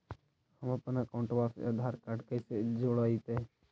हमपन अकाउँटवा से आधार कार्ड से कइसे जोडैतै?